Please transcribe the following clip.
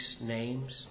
names